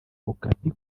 okapi